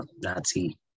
Nazi